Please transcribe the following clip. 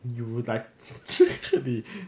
you will like